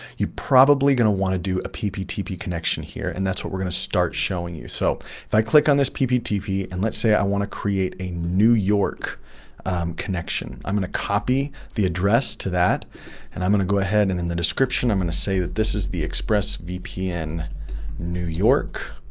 you probably going to want to do a pptp connection here and that's what we're going to start showing you. so if i click on this pptp, and let's say, i want to create a new york connection, i'm going to copy the address to that and i'm going to go ahead and in the description, i'm going to say that this is the expressvpn new york,